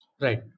Right